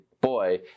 boy